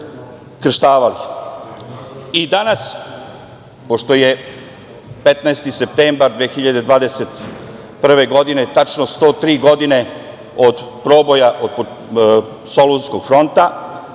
pošto je 15. septembar 2021. godine, tačno 103 godine od proboja Solunskog fronta